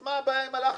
מה הבעיה עם הלחץ?